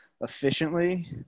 efficiently